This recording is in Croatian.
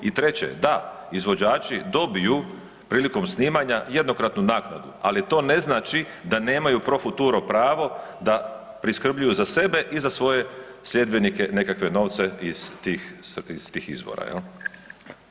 I treće, da izvođači dobiju prilikom snimanja jednokratnu naknadu, ali to ne znači da nemaju pro futuro pravo da priskrbljuju za sebe i za svoje sljedbenike nekakve novce iz tih izvora.